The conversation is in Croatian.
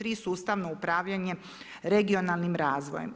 3. sustavno upravljanje regionalnim razvojem.